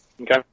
Okay